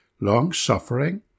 long-suffering